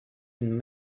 been